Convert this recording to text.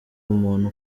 umuntu